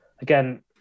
again